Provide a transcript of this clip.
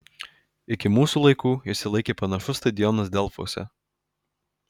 iki mūsų laikų išsilaikė panašus stadionas delfuose